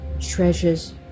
treasures